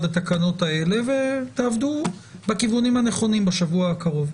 התקנות האלה ותעבדו בכיוונים הנכונים בשבוע הקרוב.